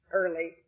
early